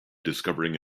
discovering